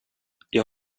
jag